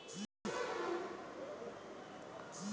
पशु जब बेमार पड़ जाए त इ सब ओकर देखभाल करेल